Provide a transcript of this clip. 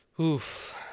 Oof